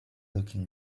looking